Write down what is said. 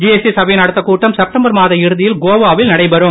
GST சபையின் அடுத்த கூட்டம் செப்டம்பர் மாத இறுதியில் கோவா வில் நடைபெறும்